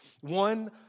One